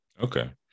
Okay